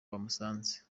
bamusanze